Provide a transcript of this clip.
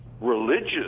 religious